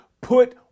put